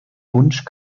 wunsch